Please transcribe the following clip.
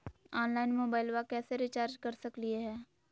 Online मोबाइलबा कैसे recharge कर सकलिए है?